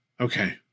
Okay